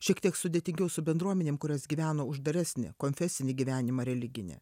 šiek tiek sudėtingiau su bendruomenėm kurios gyveno uždaresnį konfesinį gyvenimą religinį